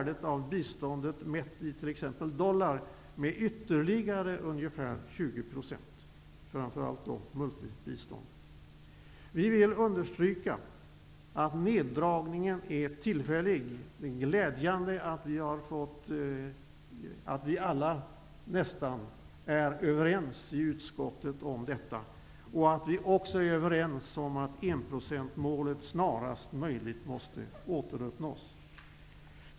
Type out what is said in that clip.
Det gäller framför allt multibiståndet. Vi vill understryka att neddragningen är tillfällig. Det är glädjande att nästan alla i utskottet är överens om detta och om att enprocentmålet snarast möjligt måste återuppnås.